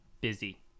busy